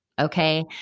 Okay